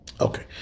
Okay